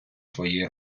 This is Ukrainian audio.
своєї